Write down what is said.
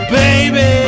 baby